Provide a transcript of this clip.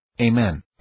Amen